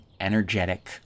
energetic